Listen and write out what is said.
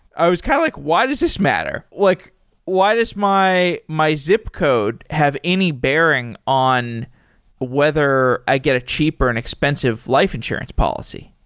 i was kind of like, why does this matter? like why does my my zip code have any bearing on whether i get a cheaper and expensive life insurance policy?